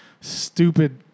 stupid